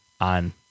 on